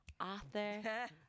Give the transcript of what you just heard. author